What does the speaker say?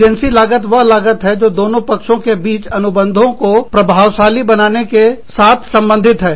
agency लागत वो लागत है जो दोनों पक्षों के बीच के अनुबंधों को प्रभावशाली बनाने के साथ संबंधित है